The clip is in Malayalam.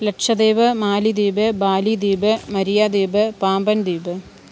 ലക്ഷദ്വീപ് മാലിദ്വീപ് ബാലിദ്വീപ് മരിയദ്വീപ് പാമ്പൻദ്വീപ്